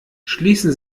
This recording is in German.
schließen